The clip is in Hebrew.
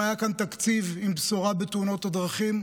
אם היה כאן תקציב עם בשורה בתאונות הדרכים,